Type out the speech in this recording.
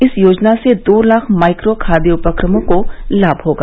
इस योजना से दो लाख माइक्रो खाद्य उपक्रमों को लाभ होगा